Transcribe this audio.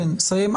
אנא סיים.